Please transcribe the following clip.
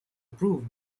proved